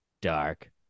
Dark